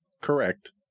correct